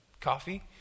coffee